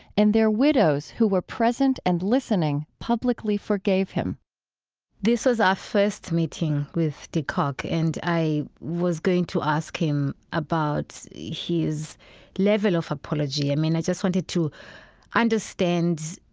and their widows who were present and listening, publicly forgave him this was our first meeting with de kock, and i was going to ask him about his level of apology. i mean, i just wanted to understand